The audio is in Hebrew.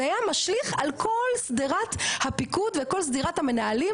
זה היה משליך על כל שדרת הפיקוד וכל שדרת המנהלים,